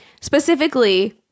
Specifically